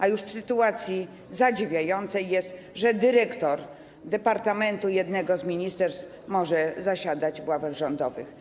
A już sytuacją zadziwiającą jest to, że dyrektor departamentu jednego z ministerstw może zasiadać w ławach rządowych.